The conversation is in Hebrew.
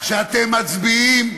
שאתם מצביעים,